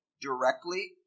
directly